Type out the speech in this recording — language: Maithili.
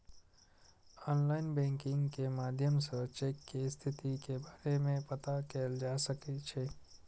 आनलाइन बैंकिंग के माध्यम सं चेक के स्थिति के बारे मे पता कैल जा सकै छै